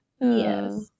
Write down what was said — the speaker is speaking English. yes